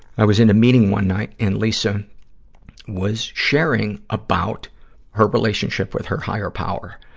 i was in a meeting one night, and lisa was sharing about her relationship with her higher power.